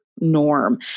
norm